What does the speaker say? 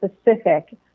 specific